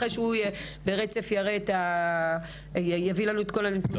אחרי שהוא ברצף יביא לנו את כל הנתונים.